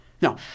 Now